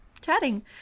chatting